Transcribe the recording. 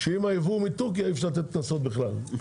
שאם היבוא מטורקיה אז אי-אפשר לתת קנסות בכלל,